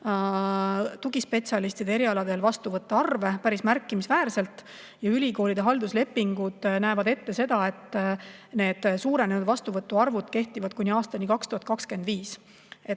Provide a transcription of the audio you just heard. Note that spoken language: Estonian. tugispetsialistide erialadel vastuvõtuarve päris märkimisväärselt ja ülikoolide halduslepingud näevad ette, et need suurenenud vastuvõtuarvud kehtivad kuni aastani 2025.